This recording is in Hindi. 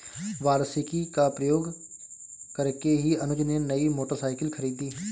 वार्षिकी का प्रयोग करके ही अनुज ने नई मोटरसाइकिल खरीदी